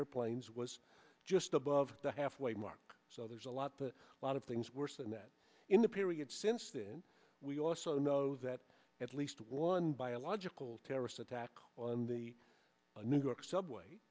airplanes was just above the halfway mark so there's a lot but a lot of things worse than that in the period since we also know that at least one biological terrorist attack on the new york subway